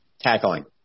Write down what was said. tackling